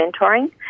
mentoring